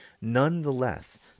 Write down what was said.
nonetheless